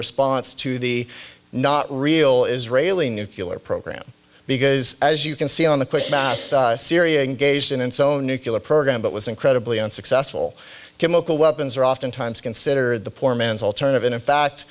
response to the not real israeli nuclear program because as you can see on the quick syria engaged in its own nuclear program but was incredibly unsuccessful chemical weapons are oftentimes considered the poor man's alternative in a fact